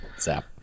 Zap